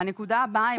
הנקודה הבאה.